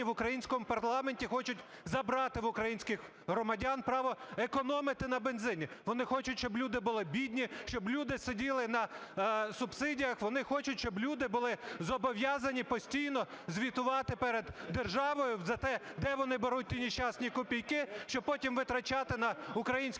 в українському парламенті хочуть забрати в українських громадян право економити на бензині. Вони хочуть, щоб люди були бідні, щоб люди сиділи на субсидіях. Вони хочуть, щоб люди були зобов'язані постійно звітувати перед державою за те, де вони беруть ті нещасні копійки, щоб потім витрачати на українських олігархів.